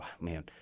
man